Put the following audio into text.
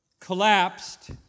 collapsed